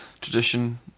tradition